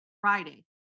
Friday